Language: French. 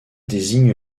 désigne